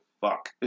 fuck